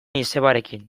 izebarekin